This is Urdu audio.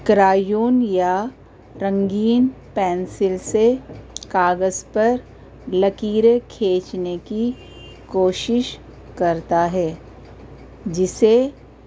کرائیون یا رنگین پینسل سے کاغذ پر لکیریں کھینچنے کی کوشش کرتا ہے جسے